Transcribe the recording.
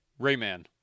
Rayman